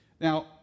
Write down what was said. Now